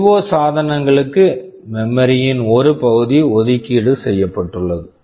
IO IO சாதனங்களுக்கு memory memory -ன் ஒரு பகுதி ஒதுக்கீடு செய்யப்பட்டுள்ளது